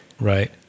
right